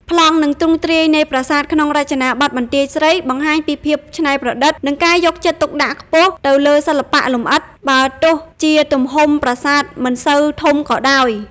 ប្លង់ និងទ្រង់ទ្រាយនៃប្រាសាទក្នុងរចនាបថបន្ទាយស្រី បង្ហាញពីភាពច្នៃប្រឌិត និងការយកចិត្តទុកដាក់ខ្ពស់ទៅលើសិល្បៈលម្អិត បើទោះជាទំហំប្រាសាទមិនសូវធំក៏ដោយ។